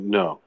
no